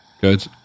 good